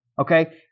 Okay